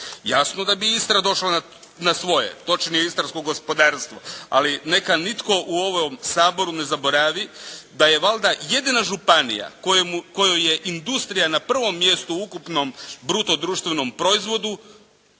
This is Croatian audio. Jasno da bi Istra došla na svoje, točnije istarsko gospodarstvo ali neka nitko u ovom Saboru ne zaboravi da je valjda jedina županija kojoj je industrija na prvom mjestu u ukupnom bruto društvenom proizvodu